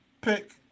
pick